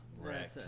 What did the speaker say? Right